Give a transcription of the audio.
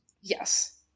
Yes